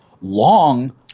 long